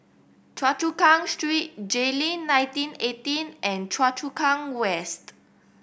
Choa Chu Kang Street Jayleen nineteen eighteen and Choa Chu Kang West